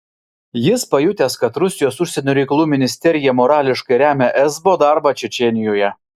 jis pajutęs kad rusijos užsienio reikalų ministerija morališkai remia esbo darbą čečėnijoje